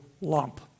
lump